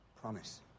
promise